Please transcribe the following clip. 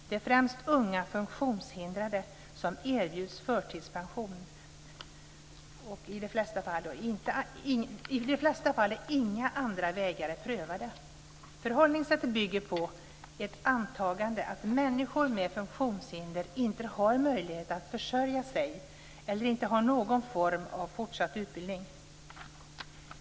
Det är främst unga funktionshindrade som erbjuds förtidspension, i de flesta fall innan andra vägar är prövade. Förhållningssättet bygger på ett antagande att människor med funktionshinder inte har andra möjligheter att försörja sig eller inte har något behov av fortsatt utbildning.